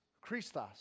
Christos